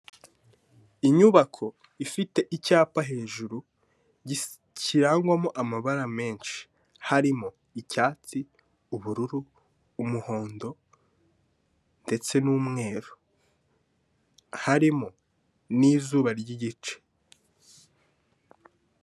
Inyubako ifite icyapa hejuru kirangwamo amabara menshi, harimo icyatsi, ubururu, umuhondo ndetse n'umweru, harimo n'izuba ry'igice.